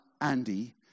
Andy